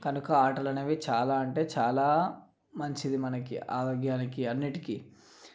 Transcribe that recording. కనుక ఆటలు అనేవి చాలా అంటే చాలా మంచిది మనకి ఆరోగ్యానికి అన్నింటికీ